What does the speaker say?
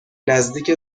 نزدیک